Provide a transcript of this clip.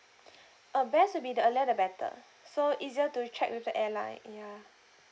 oh best to be the earlier the better so easier to check with the airline ya